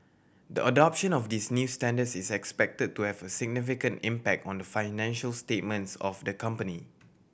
the adoption of these new standards is expected to have a significant impact on the financial statements of the company